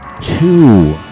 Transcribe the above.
two